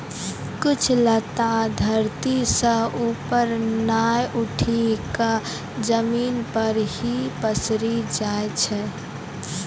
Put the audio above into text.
कुछ लता धरती सं ऊपर नाय उठी क जमीन पर हीं पसरी जाय छै